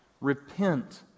Repent